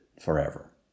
forever